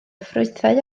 ffrwythau